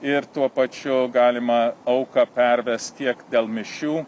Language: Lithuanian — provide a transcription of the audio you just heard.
ir tuo pačiu galima auką pervest tiek dėl mišių